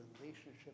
relationship